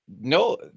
No